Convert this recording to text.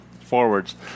forwards